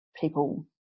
people